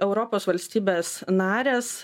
europos valstybės narės